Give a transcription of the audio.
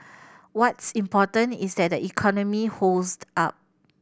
what's important is that the economy holds up